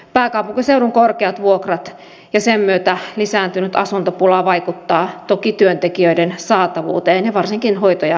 pääkaupunkiseudun korkeat vuokrat ja niiden myötä lisääntynyt asuntopula vaikuttavat toki työntekijöiden saatavuuteen varsinkin hoito ja hoivasektorilla